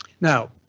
Now